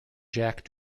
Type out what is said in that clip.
jack